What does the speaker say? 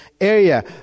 area